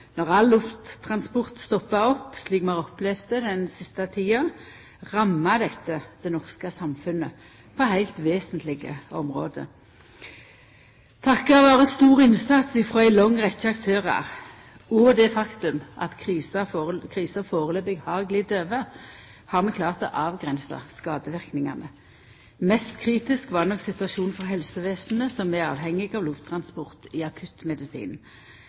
Når all lufttransport stoppar opp, slik vi har opplevd det den siste tida, rammar det det norske samfunnet på heilt vesentlege område. Takk vere stor innsats frå ei lang rekkje aktørar og det faktum at krisa førebels har glidd over, har vi klart å avgrensa skadeverknadene. Mest kritisk var nok situasjonen for helsevesenet, som er avhengig av lufttransport i